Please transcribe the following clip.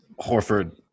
Horford